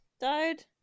died